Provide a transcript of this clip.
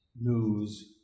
news